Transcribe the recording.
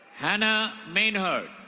hannah mainher.